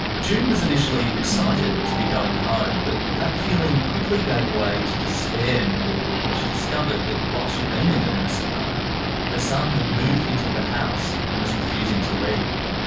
june was initially excited to be going home but that feeling quickly gave way to despair when she discovered that while she'd been in the nursing home her son had moved into her house, and was refusing to leave.